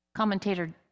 commentator